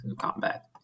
combat